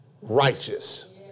Righteous